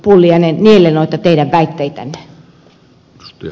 pulliainen niele noita teidän väitteitänne